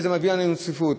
וזה מביא עלינו צפיפות.